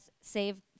save